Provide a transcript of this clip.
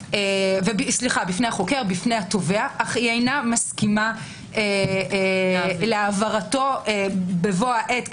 בפני התובע אך אינה מסכימה להעברתו בבוא העת,